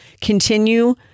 continue